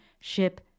ship